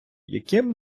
яким